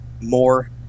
more